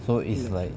so is like